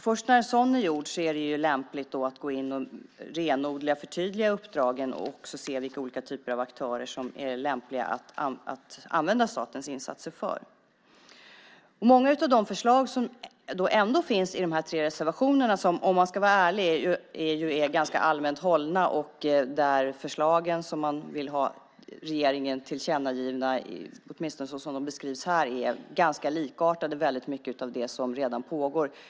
Först när en sådan är gjord är det lämpligt att gå in och renodla och förtydliga uppdragen och också se vilka olika typer av aktörer som det är lämpligt att använda statens insatser för. Många av de förslag som ändå finns i de här tre reservationerna är, om man ska vara ärlig, ganska allmänt hållna. De förslag som man vill tillkännage för regeringen är, åtminstone så som de beskrivs här, ganska lika mycket av det som redan pågår.